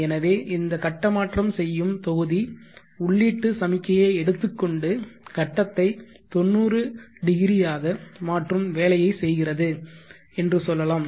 எனவே இந்த கட்ட மாற்றம் செய்யும் தொகுதி உள்ளீட்டு சமிக்ஞையை எடுத்து கொண்டு கட்டத்தை 90° ஆக மாற்றும் வேலையைச் செய்கிறது என்று சொல்லலாம்